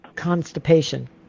constipation